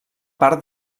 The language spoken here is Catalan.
part